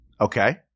Okay